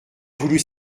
voulu